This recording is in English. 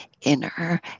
inner